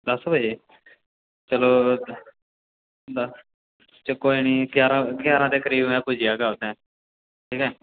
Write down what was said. दस बजे चलो दस कोई नी ग्यारां ग्यारां दे करीब में पुज्जी जाह्गा उत्थै ठीक ऐ